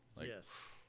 Yes